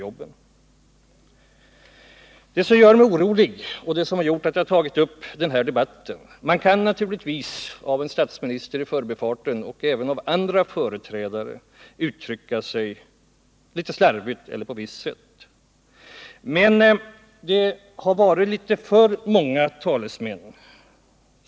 Jag kommer så till det som gjort mig särskilt orolig och som gjort att jag tagit upp den här debatten. Statsministern och även andra företrädare för regeringen kan naturligtvis i hastigheten uttrycka sig litet slarvigt. Men det har förekommit litet för mycket av sådant.